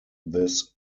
this